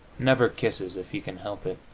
never kisses if he can help it.